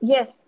Yes